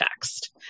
text